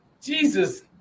Jesus